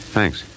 Thanks